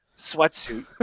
sweatsuit